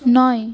নয়